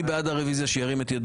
מי בעד קבלת הרוויזיה?